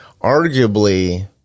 arguably